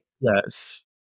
Yes